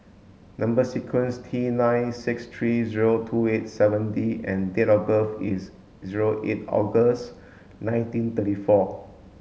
number sequence T nine six three zero two eight seven D and date of birth is zero eight August nineteen thirty four